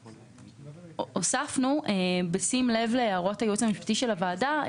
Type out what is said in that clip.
(ג) בשים לב להערות הייעוץ המשפטי של הוועדה.